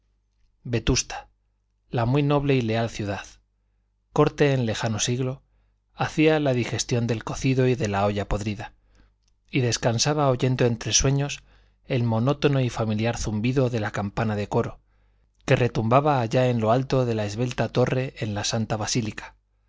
vetusta la muy noble y leal ciudad corte en lejano siglo hacía la digestión del cocido y de la olla podrida y descansaba oyendo entre sueños el monótono y familiar zumbido de la campana de coro que retumbaba allá en lo alto de la esbelta torre en la santa basílica